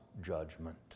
judgment